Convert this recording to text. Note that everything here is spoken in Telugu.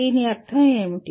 దీని అర్థం ఏమిటి